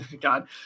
God